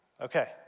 Okay